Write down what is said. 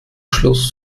schluss